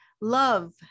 love